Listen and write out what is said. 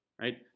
right